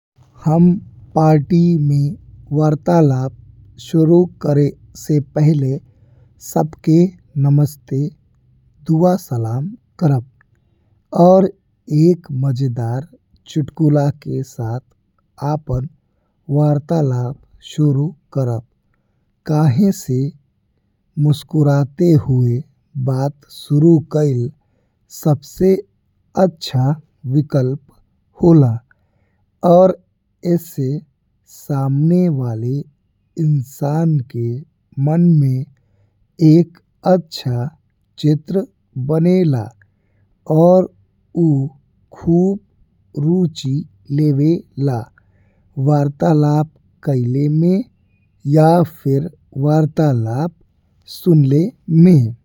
हम पार्टी में वार्तालाप शुरू करे से पहिले सबके नमस्ते, दुआ सलाम करब और एक मजेदार चुटकुला के साथ आपन वार्तालाप सुरु करब। काहे से मुस्कुराते हुए बात सुरु कइले सबसे अच्छा विकल्प होला और ऐसे सामने वाले इंसान के मन में एक अच्छा चित्र बनेला। और ऊ खूब रुचि लेवेला वार्तालाप कईले में या फिर वार्तालाप सुने में।